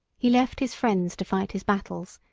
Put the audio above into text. he left his friends to fight his battles,